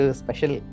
special